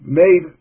made